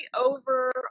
over